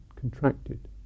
contracted